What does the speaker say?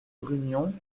brugnon